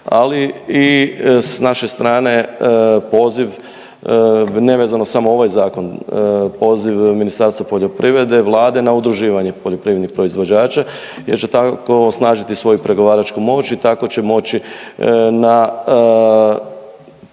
ali i s naše strane poziv, nevezano samo za ovaj zakon, poziv Ministarstvu poljoprivrede i Vlade na udruživanje poljoprivrednih proizvođača jer će tako osnažiti svoju pregovaračku moć i tako će moći na,